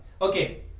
Okay